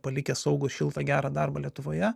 palikę saugų šiltą gerą darbą lietuvoje